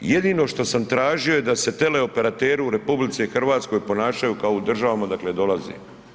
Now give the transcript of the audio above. Jedino što sam tražio da se teleoperateri u RH ponašaju kao u državama odakle dolaze.